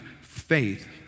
faith